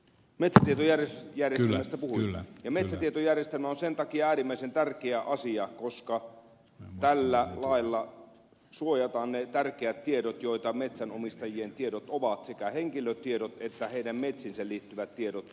meitä vielä järin mielestä puu ja metsätietojärjestelmä on äärimmäisen tärkeä asia koska tällä lailla suojataan ne tärkeät tiedot joita metsänomistajien tiedot ovat sekä henkilötiedot että heidän metsiinsä liittyvät tiedot